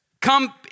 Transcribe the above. Come